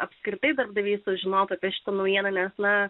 apskritai darbdaviai sužinotų apie šitą naujieną nes na